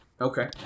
Okay